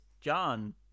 John